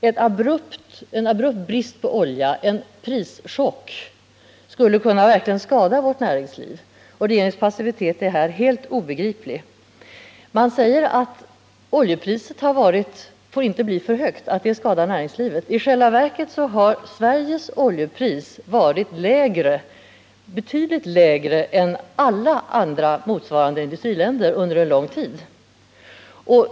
En abrupt brist på olja, en prischock, skulle verkligen kunna skada vårt näringsliv. Regeringens passivitet här är helt obegriplig. Man säger att det skulle skada näringslivet om oljepriset blev för högt. I själva verket har Sveriges oljepris varit betydligt lägre än alla andra motsvarande industriländers under en lång tid.